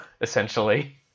essentially